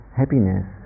happiness